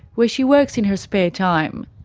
where she works in her spare time.